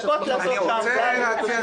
להצדקות לעשות שם אותו נוהל.